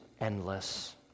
endless